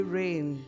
rain